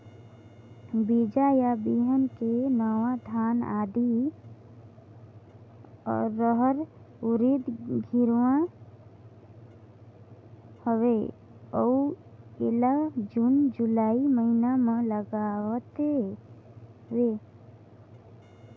बीजा या बिहान के नवा धान, आदी, रहर, उरीद गिरवी हवे अउ एला जून जुलाई महीना म लगाथेव?